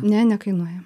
ne nekainuoja